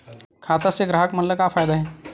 खाता से ग्राहक मन ला का फ़ायदा हे?